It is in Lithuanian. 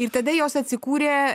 ir tada jos atsikūrė